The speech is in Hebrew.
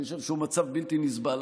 אני חושב שהוא מצב בלתי נסבל,